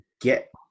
get